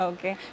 Okay